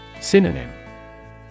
Synonym